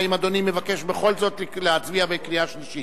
האם אדוני מבקש בכל זאת להצביע בקריאה שלישית?